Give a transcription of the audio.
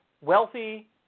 wealthy